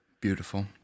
Beautiful